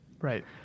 Right